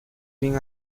been